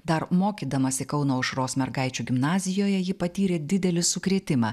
dar mokydamasi kauno aušros mergaičių gimnazijoje ji patyrė didelį sukrėtimą